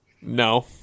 No